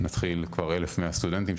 נתחיל כבר 1,100 סטודנטים,